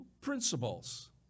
principles